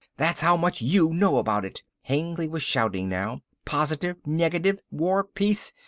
that's how much you know about it. hengly was shouting now. positive, negative. war, peace.